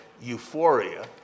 euphoria